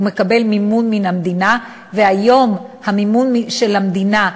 הוא מקבל מימון מן המדינה,